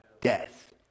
death